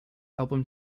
album